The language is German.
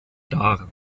dar